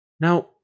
Now